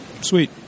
Sweet